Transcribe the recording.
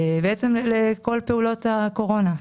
בעצם לכל פעולות הקורונה.